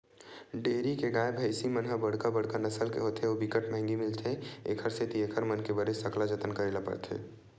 dairy के गाय, भइसी मन ह बड़का बड़का नसल के होथे अउ बिकट महंगी मिलथे, एखर सेती एकर मन के बने सकला जतन करे ल परथे